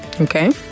Okay